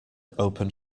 open